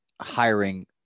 hiring